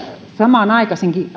samanaikaisesti